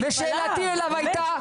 והשאלה שלי אליו הייתה,